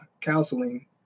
counseling